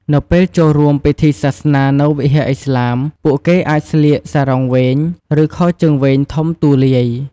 នៅពេលចូលរួមពិធីសាសនានៅវិហារឥស្លាម ពួកគេអាចស្លៀក សារុងវែង ឬខោជើងវែងធំទូលាយ។